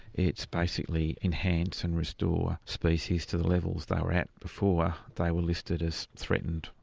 it's basically enhance and restore species to the levels they were at before they were listed as threatened,